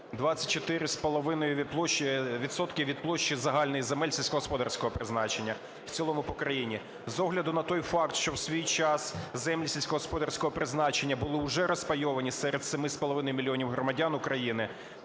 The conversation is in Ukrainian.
від площі загальних земель сільськогосподарського призначення в цілому по країні. З огляду на той факт, що в свій час землі сільськогосподарського призначення були вже розпайовані серед 7,5 мільйона громадян України,